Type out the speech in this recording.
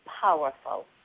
powerful